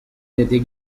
n’était